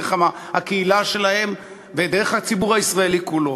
דרך הקהילה שלהם ועד הציבור הישראלי כולו.